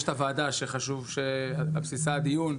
יש את הוועדה שעל בסיסה הדיון,